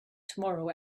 tomorrow